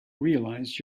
realize